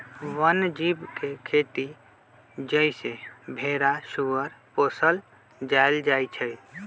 वन जीव के खेती जइसे भेरा सूगर पोशल जायल जाइ छइ